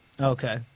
Okay